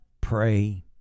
pray